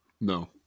No